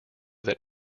that